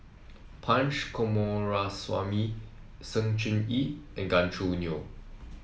Punch Coomaraswamy Sng Choon Yee and Gan Choo Neo